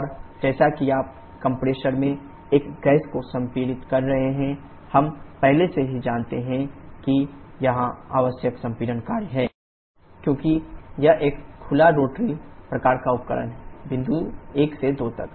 और जैसा कि आप कंप्रेसर में एक गैस को संपीड़ित कर रहे हैं हम पहले से ही जानते हैं कि यहां आवश्यक संपीड़न कार्य है wc∫vⅆP क्योंकि यह एक खुला चक्र रोटरी प्रकार का उपकरण है बिंदु 1 से 2 तक